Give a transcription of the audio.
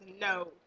no